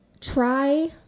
try